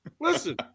Listen